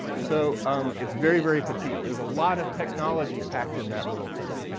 so um it's very, very petite. there's a lot of technology packed in that little thing.